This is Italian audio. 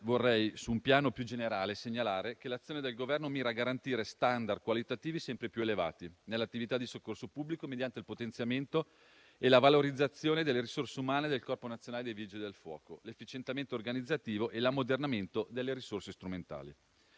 vorrei su un piano più generale segnalare che l'azione del Governo mira a garantire *standard* qualitativi sempre più elevati nell'attività di soccorso pubblico mediante il potenziamento e la valorizzazione delle risorse umane del Corpo nazionale dei vigili del fuoco, l'efficientamento organizzativo e l'ammodernamento delle risorse strumentali.